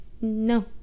No